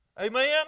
Amen